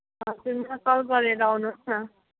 हजुर मलाई कल गरेर आउनुहोस् न